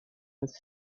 with